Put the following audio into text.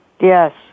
Yes